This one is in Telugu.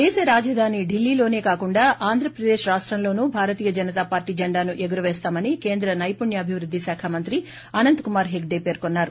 దేశ రాజధాని ఢిల్లీలోనే కాకుండా ఆంధ్రప్రదేశ్ రాష్టంలోనూ భారతీయ జనతాపార్టీ జెండాను ఎగురవేస్తామని కేంద్ర సైపుణ్యాభివృద్ది శాఖ మంత్రి అనంతకుమార్ హెగ్డే పేర్కొన్నారు